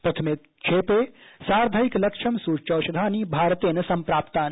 प्रथमे क्षेपे सार्धैकलक्षं सूच्यौषधानि भारतेन सम्प्राप्तानि